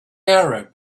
arab